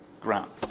ground